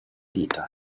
dita